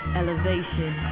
elevation